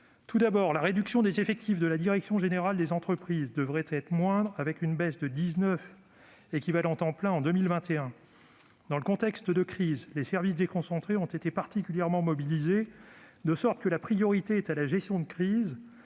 Tout d'abord, la réduction des effectifs de la direction générale des entreprises (DGE) devrait être moindre, avec une baisse de 19 équivalents temps plein (ETP) en 2021. Ces derniers mois, les services déconcentrés ont été particulièrement mobilisés, de sorte que la priorité est à la gestion de crise